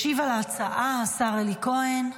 ישיב על ההצעה השר אלי כהן.